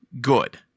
good